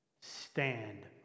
stand